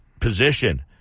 position